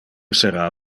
sera